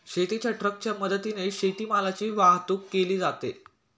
शेतीच्या ट्रकच्या मदतीने शेतीमालाची वाहतूक केली जाते